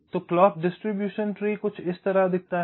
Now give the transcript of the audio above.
तो clock distribution tree कुछ इस तरह दिखता है